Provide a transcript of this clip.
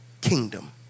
kingdom